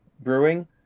Brewing